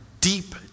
deep